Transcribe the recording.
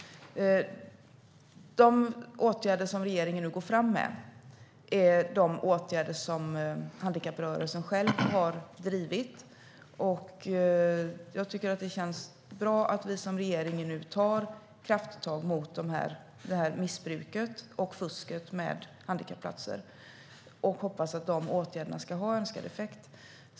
De åtgärder som regeringen nu går fram med är de åtgärder som handikapprörelsen själv har drivit. Det känns bra att vi som regering nu tar krafttag mot missbruket och fusket med handikapplatser, och vi hoppas att de åtgärderna ska ha önskad effekt.